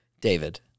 David